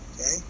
Okay